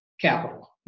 capital